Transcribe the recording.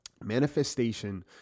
manifestation